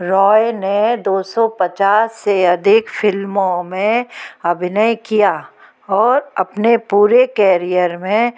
रॉय ने दो सो पचास से अधिक फ़िल्मों में अभिनय किया और अपने पूरे केरियर में